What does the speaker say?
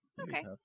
okay